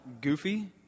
goofy